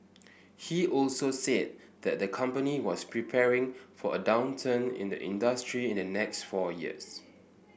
he also said that the company was preparing for a downturn in the industry in the next four years